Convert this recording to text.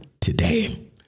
today